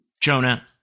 Jonah